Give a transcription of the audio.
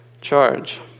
charge